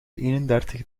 eenendertig